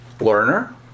Learner